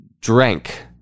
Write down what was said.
drank